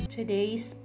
Today's